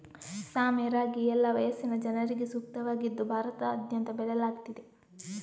ಸಾಮೆ ರಾಗಿ ಎಲ್ಲಾ ವಯಸ್ಸಿನ ಜನರಿಗೆ ಸೂಕ್ತವಾಗಿದ್ದು ಭಾರತದಾದ್ಯಂತ ಬೆಳೆಯಲಾಗ್ತಿದೆ